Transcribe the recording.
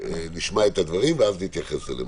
נשמע את הדברים, ואז נתייחס אליהם.